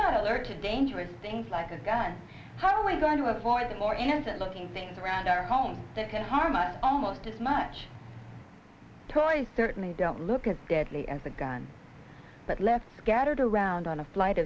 to dangerous things like a gun how are we going to avoid the more innocent looking things around our home to harm us almost as much toys certainly don't look as deadly as a gun but left scattered around on a flight